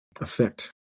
effect